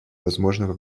возможного